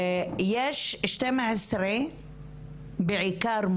יש 12 אלף מורות בעיקר,